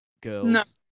girls